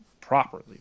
properly